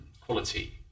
quality